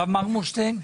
הרב מרמורשטיין,